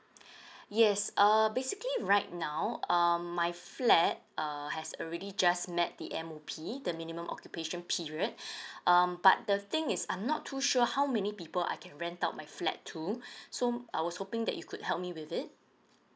yes err basically right now um my flat err has already just met the M_O_P the minimum occupation period um but the thing is I'm not too sure how many people I can rent out my flat to so I was hoping that you could help me with it